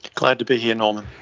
glad to be here norman.